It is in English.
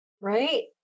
right